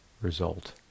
result